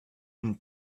une